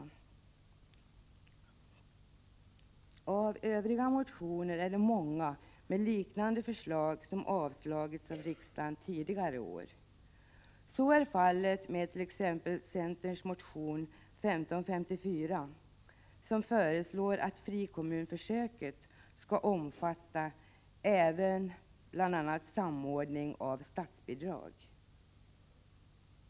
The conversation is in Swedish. Bland övriga motioner finns det många med liknande förslag, som avslagits av riksdagen tidigare år. Så är exempelvis fallet med centermotionen 1554, i vilken föreslås att frikommunsförsöket skall omfatta även samordning av statsbidrag.